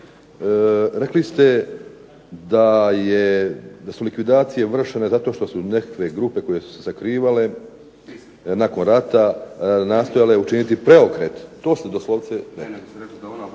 rekli ste da su likvidacije vršene zato što su nekakve grupe koje su sakrivale nakon rata nastojale učiniti preokret, to ste doslovce